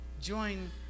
join